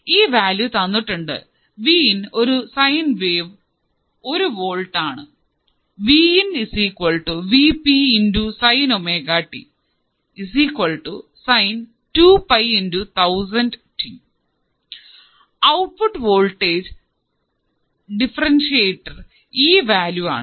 ഈ വാല്യൂ തന്നിട്ടുണ്ട് V in ഒരു സൈൻ വേവ് ഒരു വോൾട് ആണ് ഔട്ട്പുട്ട് വോൾടേജ് ഡിഫറെൻഷ്യറ്റർ ഈ വാല്യു ആണ്